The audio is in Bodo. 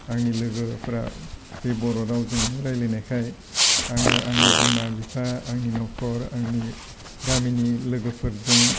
आंनि लोगोफ्रा बे बर' रावजोंनो रायलायनायखाय आङो आंनि बिमा बिफा आंनि नखर आंनि गामिनि लोगोफोरजों